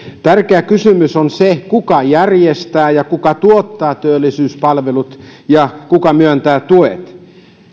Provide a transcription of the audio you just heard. tärkeä kysymys on se kuka järjestää ja kuka tuottaa työllisyyspalvelut ja kuka myöntää tuet